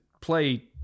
play